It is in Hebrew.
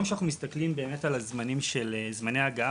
כשאנחנו מסתכלים היום על זמני ההגעה,